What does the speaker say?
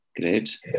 Great